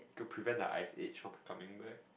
prevent the Ice Age from coming back